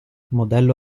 modello